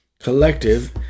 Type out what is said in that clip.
Collective